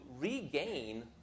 regain